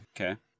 Okay